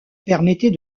permettait